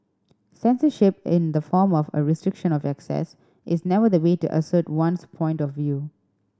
censorship in the form of a restriction of access is never the way to assert one's point of view